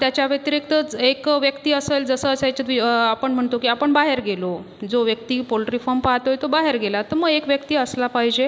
त्याच्या व्यतिरिक्तच एक व्यक्ती असंल जसं असायचं द्वी आपण म्हणतो की आपण बाहेर गेलो जो व्यक्ती पोल्ट्रीफॉम पाहतोय तो बाहेर गेला तर मग एक व्यक्ती असला पाहिजे